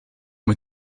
mit